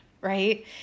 right